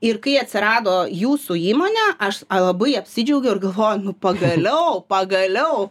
ir kai atsirado jūsų įmone aš labai apsidžiaugiau ir galvoju nu pagaliau pagaliau